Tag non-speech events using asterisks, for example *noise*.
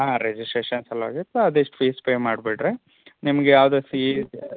ಹಾಂ ರಿಜಿಸ್ಟ್ರೇಷನ್ ಸಲುವಾಗಿ ಪಾ ಅದೆಷ್ಟು ಫೀಸ್ ಪೇ ಮಾಡಿಬಿಡ್ರಿ ನಿಮ್ಗೆ ಯಾವ್ದು ಫೀ *unintelligible*